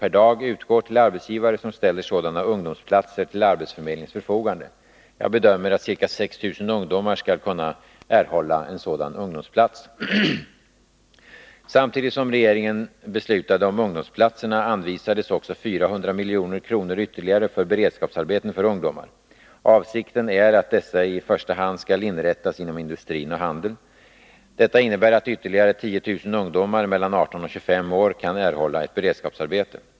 per dag utgår till arbetsgivare som ställer sådana ungdomsplatser till arbetsför medlingens förfogande. Jag bedömer att ca 6 000 ungdomar skall kunna erhålla en sådan ungdomsplats. Samtidigt som regeringen beslutade om ungdomsplatserna anvisades också 400 milj.kr. ytterligare för beredskapsarbeten för ungdomar. Avsikten är att dessa i första hand skall inrättas inom industrin och handeln. Detta innebär att ytterligare 10 000 ungdomar mellan 18 och 25 år kan erhålla ett beredskapsarbete.